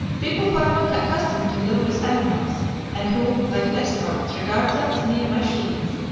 people who are not accustomed to live with animals, and who, like descartes, regard them as mere machines,